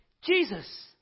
Jesus